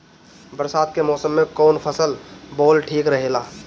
बरसात के मौसम में कउन फसल बोअल ठिक रहेला?